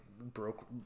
broke